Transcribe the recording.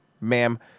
Ma'am